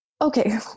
okay